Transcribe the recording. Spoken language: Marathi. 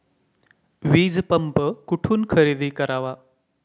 वीजपंप कुठून खरेदी करावा?